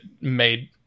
made